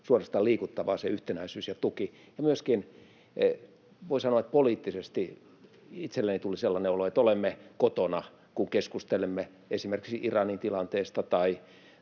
suorastaan liikuttavaa, ja voi sanoa myöskin, että poliittisesti itselleni tuli sellainen olo, että olemme kotona, kun keskustelemme esimerkiksi Iranin tilanteesta tai